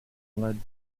led